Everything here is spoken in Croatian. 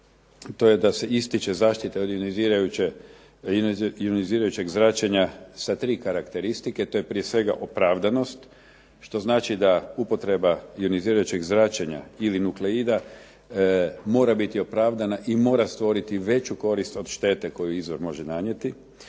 to je da se ističe zaštita od ionizirajućeg zračenja sa tri karakteristike. To je prije svega opravdanost, što znači da upotreba ionizirajućeg zračenja ili nukleida mora biti opravdana i mora stvoriti veću korist od štete koju izvor može nanijeti,